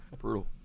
Brutal